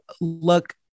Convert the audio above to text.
look